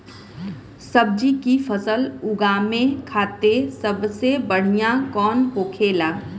सब्जी की फसल उगा में खाते सबसे बढ़ियां कौन होखेला?